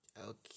Okay